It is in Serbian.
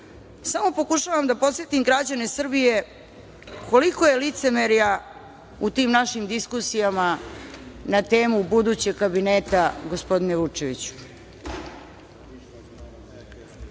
samo pokušavam da podsetim građane Srbije koliko je licemerja u tim našim diskusijama na temu budućeg kabineta, gospodine Vučeviću. Šta